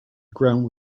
ground